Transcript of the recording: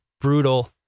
brutal